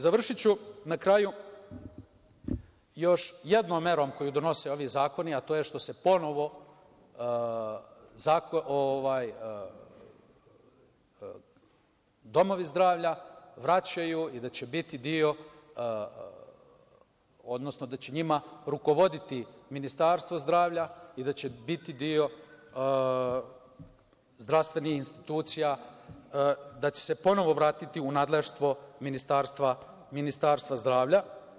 Završiću, na kraju, još jednom merom koju donose ovi zakoni, a to je što se ponovo domovi zdravlja vraćaju i da će njima rukovoditi Ministarstvo zdravlja i da će biti deo zdravstvenih institucija, da će se ponovo vratiti u nadležnost Ministarstva zdravlja.